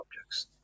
objects